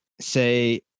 say